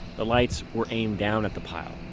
the lights were aimed down at the pile,